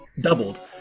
doubled